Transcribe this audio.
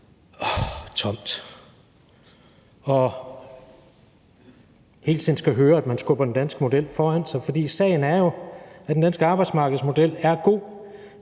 tiden at skulle høre på, hvordan man skubber den danske model foran sig. For sagen er jo, at den danske arbejdsmarkedsmodel er god,